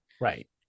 Right